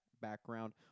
background